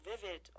vivid